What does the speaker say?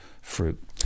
fruit